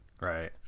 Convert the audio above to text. Right